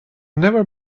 never